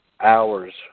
hours